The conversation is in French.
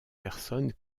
personnes